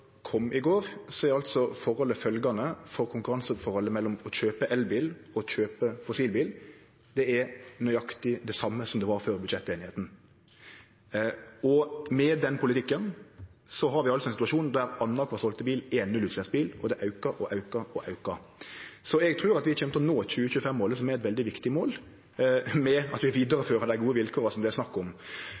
kom i går, er konkurranseforholdet mellom å kjøpe elbil og fossilbil følgjande: Det er nøyaktig det same som det var før budsjetteinigheita. Med den politikken har vi altså ein situasjon der annankvar selde bil er ein nullutsleppsbil, og det aukar og aukar og aukar. Så eg trur at vi kjem til å nå 2025-målet, som er eit veldig viktig mål, ved at vi vidarefører dei gode vilkåra det er snakk om.